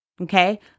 okay